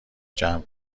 جمع